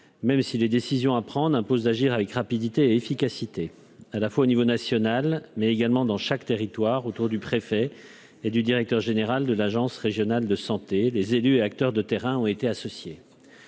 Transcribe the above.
même si les décisions à prendre un pause d'agir avec rapidité et efficacité, à la fois au niveau national, mais également dans chaque territoire autour du préfet et du directeur général de l'Agence Régionale de Santé les élus et acteurs de terrain ont été associés.